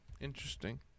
Interesting